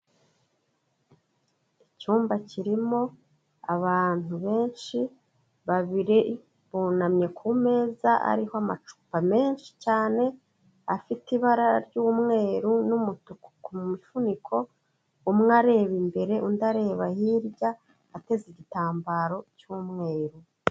Icyumba kirimo abantu benshi, babiri bunamye ku meza ariho amacupa menshi cyane, afite ibara ry'umweru n'umutuku ku mifuniko, umwe areba imbere, undi areba hirya ateze igitambaro cy'umweru.